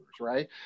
right